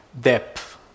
depth